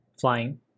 Flying